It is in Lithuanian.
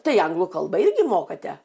tai anglų kalbą irgi mokate